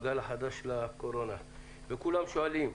כולם שואלים,